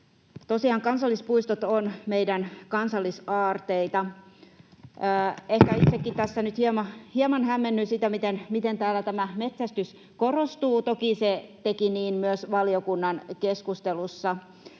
Tosiaan kansallispuistot ovat meidän kansal-lisaarteita. Ehkä itsekin tässä nyt hieman hämmennyin siitä, miten täällä tämä metsästys korostuu — toki se teki niin myös valiokunnan keskustelussa.